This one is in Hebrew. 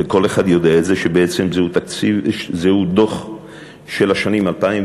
וכל אחד יודע את זה, שבעצם זהו דוח של שנת 2010,